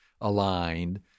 aligned